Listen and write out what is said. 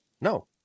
No